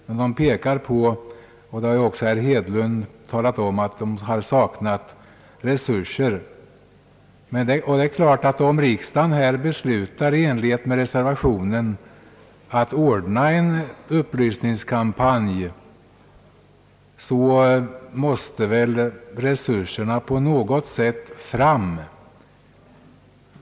Det påpekas — det har herr Hedlund också talat om — att det saknas resurser. Det är klart att om riksdagen följer reservationen och beslutar om en upplysningskampanj, så måste resurser härtill på något sätt skaffas fram.